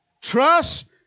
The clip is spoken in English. Trust